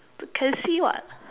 t~ can see [what]